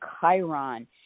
Chiron